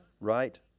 right